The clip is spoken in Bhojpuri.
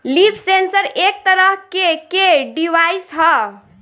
लीफ सेंसर एक तरह के के डिवाइस ह